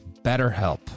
BetterHelp